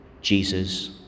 Jesus